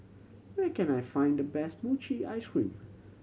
where can I find the best mochi ice cream